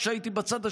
כשהייתי בצד השני,